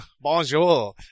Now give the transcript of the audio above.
bonjour